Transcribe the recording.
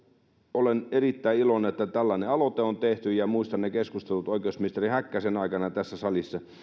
olen erittäin iloinen että tällainen aloite on tehty muistan ne keskustelut oikeusministeri häkkäsen aikana tässä salissa